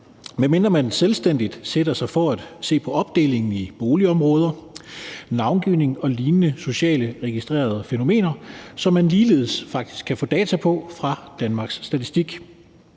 medmindre man selvstændigt sætter sig for at se på opdelingen i boligområder, navngivning og lignende registrerede sociale fænomener, som man ligeledes faktisk kan få data på fra Danmarks Statistik.